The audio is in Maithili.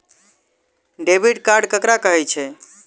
डेबिट कार्ड ककरा कहै छै?